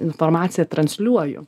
informaciją transliuoju